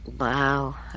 Wow